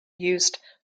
used